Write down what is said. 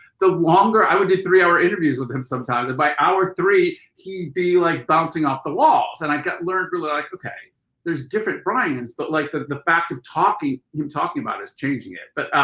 the longer i would do three hour interviews with him sometimes and by hour three he'd be like bouncing off the walls. and i get learned to like, ok there's different brian's but like the the fact of talking him talking about is changing it. but